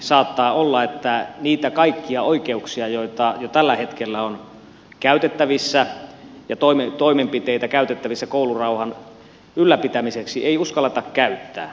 saattaa olla että niitä kaikkia oikeuksia ja toimenpiteitä joita jo tällä hetkellä on käytettävissä koulurauhan ylläpitämiseksi ei uskalleta käyttää